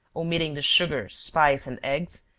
omitting the sugar, spice, and eggs,